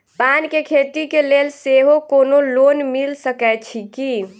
पान केँ खेती केँ लेल सेहो कोनो लोन मिल सकै छी की?